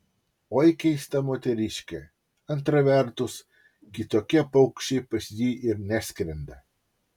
oi keista moteriškė antra vertus kitokie paukščiai pas jį ir neskrenda